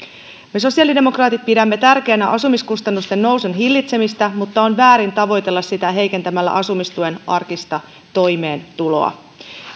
me sosiaalidemokraatit pidämme tärkeänä asumiskustannusten nousun hillitsemistä mutta on väärin tavoitella sitä heikentämällä asumistuen arkista toimeentuloa